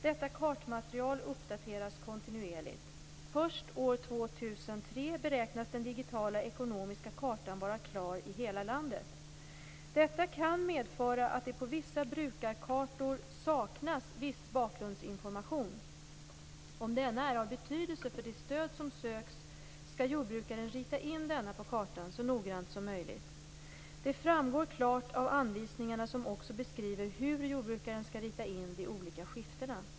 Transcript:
Detta kartmaterial uppdateras kontinuerligt. Först år 2003 beräknas den digitala ekonomiska kartan vara klar i hela landet. Detta kan medföra att det på vissa brukarkartor saknas viss bakgrundsinformation. Om denna är av betydelse för det stöd som söks skall jordbrukaren rita in den på kartan så noggrant som möjligt. Det framgår klart av anvisningarna, som också beskriver hur jordbrukaren skall rita in de olika skiftena.